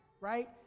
right